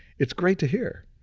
it's great to hear.